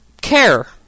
care